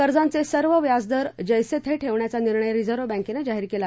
कर्जांचे सर्व व्याजदर जैसे थे ठेवण्याचा निर्णय रिझर्व बँकने जाहीर केला